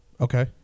Okay